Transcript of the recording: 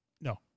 No